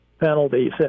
penalties